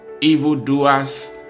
evildoers